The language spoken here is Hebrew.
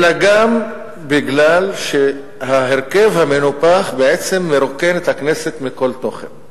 אלא גם מפני שההרכב המנופח בעצם מרוקן את הכנסת מכל תוכן.